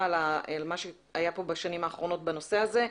על מה שהיה פה בשנים האחרונות בנושא הזה.